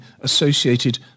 associated